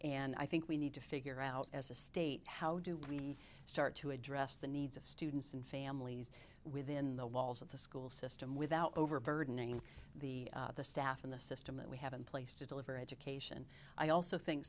and i think we need to figure out as a state how do we start to address the needs of students and families within the walls of the school system without overburdening the the staff in the system that we have in place to deliver education i also think